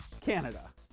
Canada